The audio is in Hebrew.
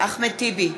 אחמד טיבי,